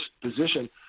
position